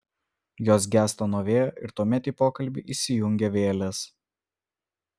jos gęsta nuo vėjo ir tuomet į pokalbį įsijungia vėlės